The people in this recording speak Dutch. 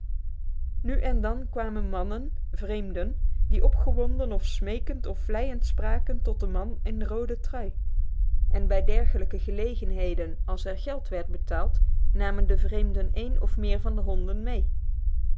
nu en dan kwamen mannen vreemden die opgewonden of smekend of vleiend spraken tot den man in de rode trui en bij dergelijke gelegenheden als er geld werd betaald namen de vreemden één of meer van de honden mee